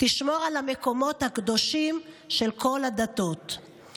תשמור על המקומות הקדושים של כל הדתות".